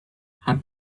had